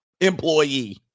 employee